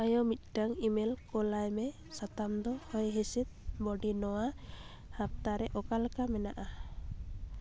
ᱟᱭᱳ ᱢᱤᱫᱴᱟᱝ ᱤᱼᱢᱮᱞ ᱠᱳᱞᱟᱭ ᱢᱮ ᱥᱟᱛᱟᱢᱫᱚ ᱦᱚᱭᱦᱤᱸᱥᱤᱫᱽ ᱵᱚᱰᱤ ᱱᱚᱣᱟ ᱦᱟᱯᱛᱟᱨᱮ ᱚᱠᱟᱞᱮᱠᱟ ᱢᱮᱱᱟᱜᱼᱟ